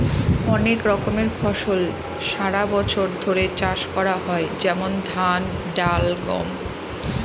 অনেক রকমের ফসল সারা বছর ধরে চাষ করা হয় যেমন ধান, ডাল, গম